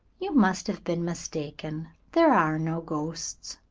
you must have been mistaken. there are no ghosts.